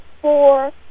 four